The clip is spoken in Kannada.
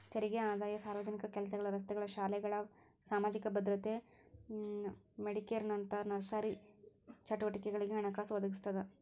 ತೆರಿಗೆ ಆದಾಯ ಸಾರ್ವಜನಿಕ ಕೆಲಸಗಳ ರಸ್ತೆಗಳ ಶಾಲೆಗಳ ಸಾಮಾಜಿಕ ಭದ್ರತೆ ಮೆಡಿಕೇರ್ನಂತ ಸರ್ಕಾರಿ ಚಟುವಟಿಕೆಗಳಿಗೆ ಹಣಕಾಸು ಒದಗಿಸ್ತದ